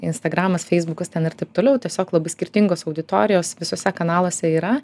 instagramas feisbukas ten ir taip toliau tiesiog labai skirtingos auditorijos visuose kanaluose yra